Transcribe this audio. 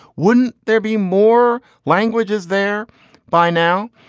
wouldn't there be more languages there by now?